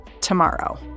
tomorrow